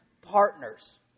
partners